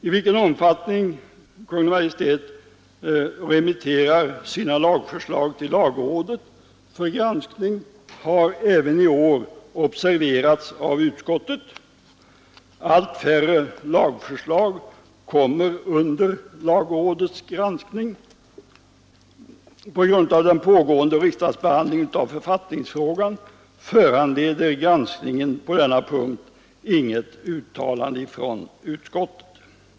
I vilken omfattning Kungl. Maj:t remitterar sina lagförslag till lagrådet för granskning har även i år observerats av utskottet. Allt färre lagförslag kommer under lagrådets granskning. På grund av den pågående riksdagsbehandlingen av författningsfrågan föranleder granskningen på denna punkt inget uttalande från utskottet.